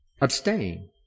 Abstain